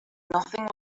nothing